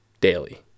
daily